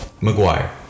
Maguire